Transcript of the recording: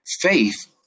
faith